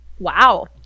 Wow